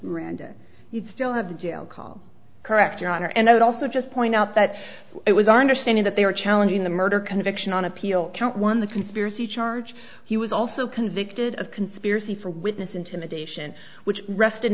miranda you still have the jail call correct your honor and i would also just point out that it was our understanding that they were challenging the murder conviction on appeal count one the conspiracy charge he was also convicted of conspiracy for witness intimidation which rested